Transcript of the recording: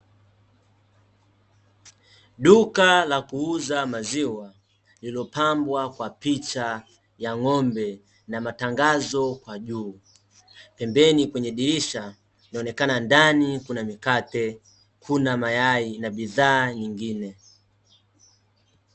Duka la kuuza maziwa lililopambwa kwa picha ya ng'ombe na matangazo kwa juu. Pembeni kwenye dirisha inaonekana ndani kuna mikate, kuna mayai na bidhaa nyingine.